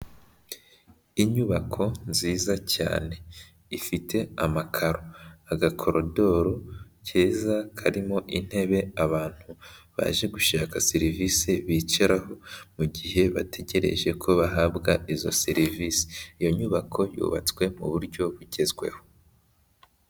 Inyubako nziza cyane, ifite amakaro, agakorodoru keza karimo intebe abantu baje gushaka serivisi bicaraho mu gihe bategereje ko bahabwa izo serivisi, iyo nyubako yubatswe mu buryo bugezweho.